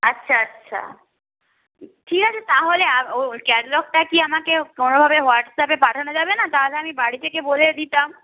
আচ্ছা আচ্ছা ঠিক আছে তাহলে ক্যাটালগটা কি আমাকে কোনোভাবে হোয়াটসঅ্যাপে পাঠানো যাবে না তাহলে আমি বাড়ি থেকে বলে দিতাম